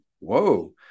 Whoa